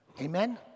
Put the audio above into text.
Amen